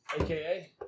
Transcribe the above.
AKA